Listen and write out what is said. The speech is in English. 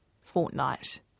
fortnight